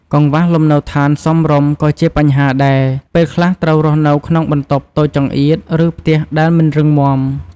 កង្វះលំនៅឋានសមរម្យ ក៏ជាបញ្ហាដែរ ពេលខ្លះត្រូវរស់នៅក្នុងបន្ទប់តូចចង្អៀត ឬផ្ទះដែលមិនរឹងមាំ។